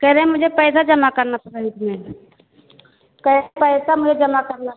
कह रहे हैं मुझे पैसा जमा करना था बैंक में कैश पैसा मुझे जमा करना था